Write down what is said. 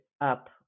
up